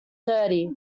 thirty